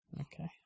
Okay